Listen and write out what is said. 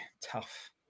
tough